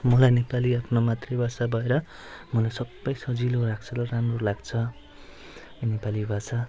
मलाई नेपाली आफ्नो मातृभाषा भएर मलाई सबै सजिलो लाग्छ र राम्रो लाग्छ नेपाली भाषा